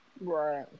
Right